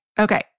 Okay